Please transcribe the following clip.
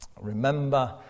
remember